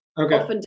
Okay